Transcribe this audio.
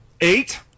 eight